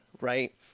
right